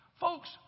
Folks